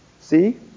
See